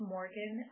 Morgan